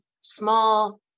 small